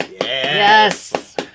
Yes